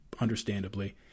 understandably